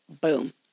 Boom